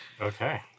Okay